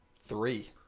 three